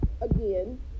again